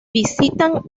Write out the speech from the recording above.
visitan